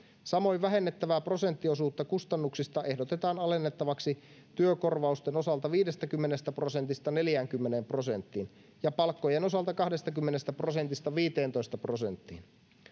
samoin vähennettävää prosenttiosuutta kustannuksista ehdotetaan alennettavaksi työkorvausten osalta viidestäkymmenestä prosentista neljäänkymmeneen prosenttiin ja palkkojen osalta kahdestakymmenestä prosentista viiteentoista prosenttiin